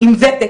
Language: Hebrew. עם ותק.